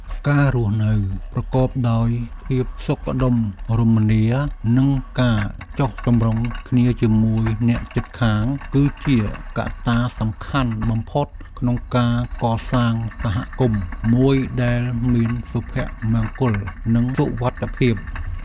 ការរស់នៅប្រកបដោយភាពសុខដុមរមនានិងការចុះសម្រុងគ្នាជាមួយអ្នកជិតខាង គឺជាកត្តាសំខាន់បំផុតក្នុងការកសាងសហគមន៍មួយដែលមានសុភមង្គលនិងសុវត្ថិភាព។